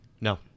No